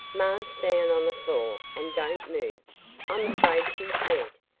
ma's down on the floor an' don't move i'm afraid she's dead.